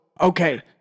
okay